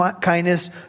kindness